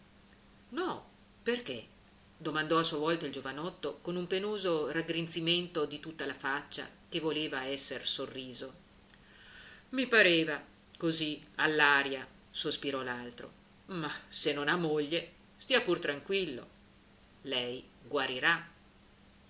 no perché domandò a sua volta il giovinotto con un penoso raggrinzamento di tutta la faccia che voleva esser sorriso i pareva così all'aria sospirò l'altro ma se non ha moglie stia pur tranquillo lei guarirà